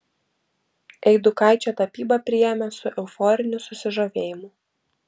eidukaičio tapybą priėmė su euforiniu susižavėjimu